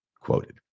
quoted